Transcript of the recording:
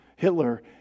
Hitler